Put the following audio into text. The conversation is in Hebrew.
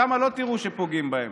שם לא תראו שפוגעים בהם.